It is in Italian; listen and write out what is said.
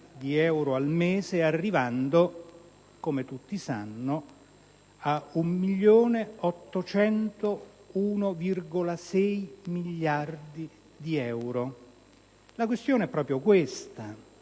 di euro al mese, arrivando, come tutti sanno, a circa 1.801,6 miliardi di euro. La questione è proprio questa: